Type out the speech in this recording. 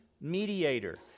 mediator